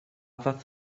fath